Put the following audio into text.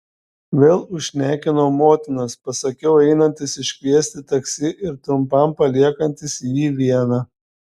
vėl užšnekinau motinas pasakiau einantis iškviesti taksi ir trumpam paliekantis jį vieną